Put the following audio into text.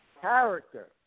character